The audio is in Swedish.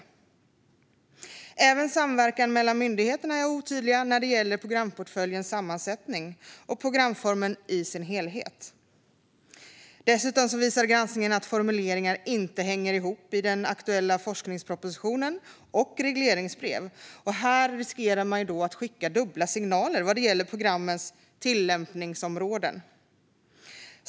Även samverkan mellan myndigheterna är otydlig när det gäller programportföljens sammansättning och programformen i dess helhet. Granskningen visar dessutom att formuleringar i den aktuella forskningspropositionen och regleringsbrev inte hänger ihop. Här riskerar man att skicka dubbla signaler vad gäller programmens tillämpningsområden.